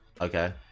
Okay